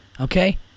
okay